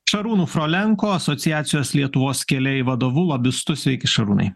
šarūnu frolenko asociacijos lietuvos keliai vadovu lobistu sveiki šarūnai